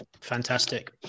Fantastic